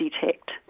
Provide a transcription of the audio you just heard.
detect